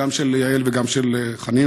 גם של יעל וגם של חנין,